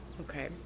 Okay